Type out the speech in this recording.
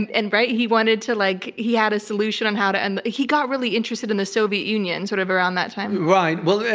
and and right? he wanted to like, he had a solution on how to end the. and he got really interested in the soviet union sort of around that time. right. well,